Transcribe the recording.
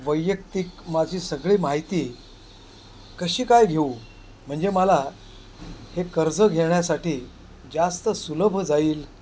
वैयक्तिक माझी सगळी माहिती कशी काय घेऊ म्हणजे मला हे कर्ज घेण्यासाठी जास्त सुलभ जाईल